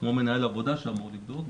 כמו מנהל עבודה שאמור לבדוק,